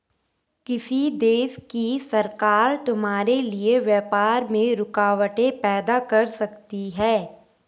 किसी देश की सरकार तुम्हारे लिए व्यापार में रुकावटें पैदा कर सकती हैं